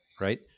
right